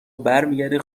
برمیگردی